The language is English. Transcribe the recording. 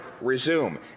resume